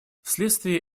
вследствие